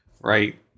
right